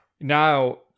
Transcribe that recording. now